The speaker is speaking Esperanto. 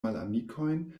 malamikojn